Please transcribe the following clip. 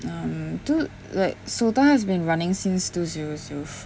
um two like SOTA has been running since two zero zero